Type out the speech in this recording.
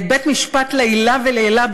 בית-משפט לעילא ולעילא,